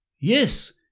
yes